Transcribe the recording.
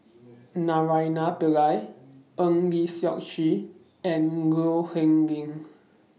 Naraina Pillai Eng Lee Seok Chee and Low Yen Ling